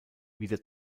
wieder